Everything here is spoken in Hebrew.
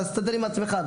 תסתדר עם עצמך.